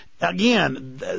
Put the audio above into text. again